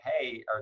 hey